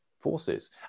forces